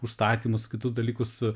užstatymus kitus dalykus